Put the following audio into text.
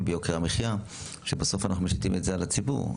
ביוקר המחיה כשבסוף אנחנו משיתים את זה על הציבור.